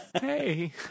hey